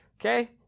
okay